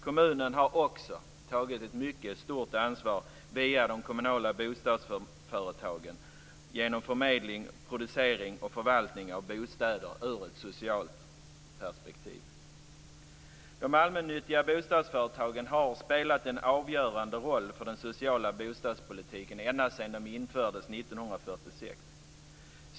Kommunerna har också tagit ett mycket stort ansvar via de kommunala bostadsföretagen genom förmedling, produktion och förvaltning av bostäder ur ett socialt perspektiv. De allmännyttiga bostadsföretagen har spelat en avgörande roll för den sociala bostadspolitiken ända sedan de infördes 1946.